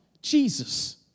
Jesus